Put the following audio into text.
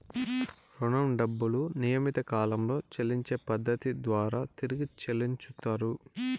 రుణం డబ్బులు నియమిత కాలంలో చెల్లించే పద్ధతి ద్వారా తిరిగి చెల్లించుతరు